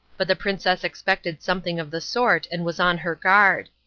but the princess expected something of the sort and was on her guard.